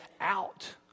out